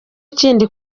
kindi